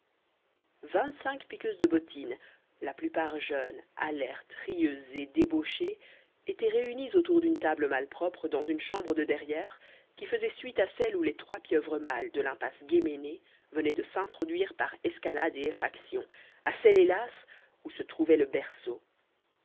vingt-cinq piqueuses de bottines la plupart jeunes alertes rieuses et débauchées étaient réunies autour d'une table malpropre dans une chambre de derrière qui faisait suite à celle où les trois pieuvres mâles de l'impasse guéménée venaient de s'introduire par escalade et effraction à celle hélas où se trouvait le berceau